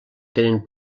tenen